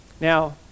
Now